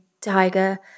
Tiger